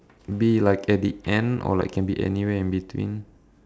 be like at the end or like can be anywhere in between